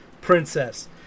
princess